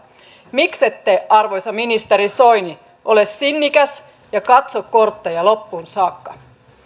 miksette arvoisa ministeri soini ole sinnikäs ja katso kortteja loppuun saakka